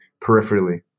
peripherally